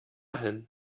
hin